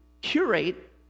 curate